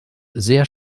sehr